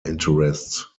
interests